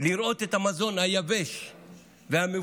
לראות את המזון היבש והמבושל,